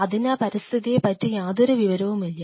അതിന് ആ പരിസ്ഥിതിയെ പറ്റി യാതൊരു വിവരവും ഉണ്ടാവില്ല